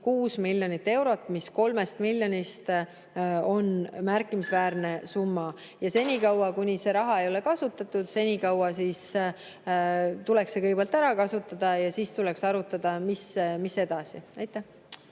miljonit eurot, mis 3 miljonist on märkimisväärne summa. Ja senikaua, kuni see raha ei ole kasutatud, senikaua tuleks see kõigepealt ära kasutada ja siis tuleks arutada, mis edasi. Aitäh!